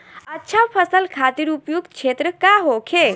अच्छा फसल खातिर उपयुक्त क्षेत्र का होखे?